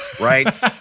Right